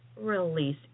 Release